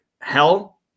hell